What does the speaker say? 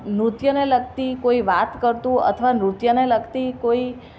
નૃત્યને લગતી કોઈ વાત કરતું અથવા નૃત્યને લગતી કોઈ